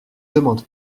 demande